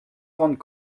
grandes